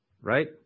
right